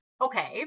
okay